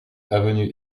avenue